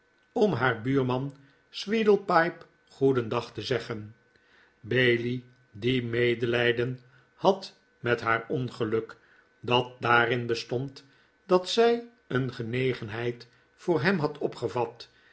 om naar buurman sweedlepipe goedendag te zeggen bailey die medelijden had met haar ongeluk dat daarin bestond dat zij een genegenheid voor hem had opgevat